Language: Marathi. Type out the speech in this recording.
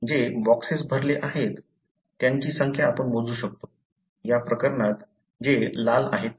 जे बॉक्सेस भरले आहेत त्यांची संख्या आपण मोजू शकतो या प्रकरणात जे लाल आहेत ते